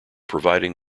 providing